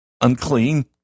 unclean